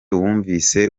wumvise